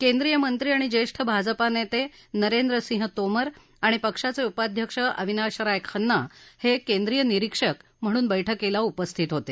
केंद्रीय मंत्री आणि ज्येष्ठ भाजपा नेते नरेंद्र सिंह तोमर आणि पक्षाचे उपाध्यक्ष अविनाश राय खन्ना हे केंद्रीय निरीक्षक म्हणून बैठकीला उपस्थित होते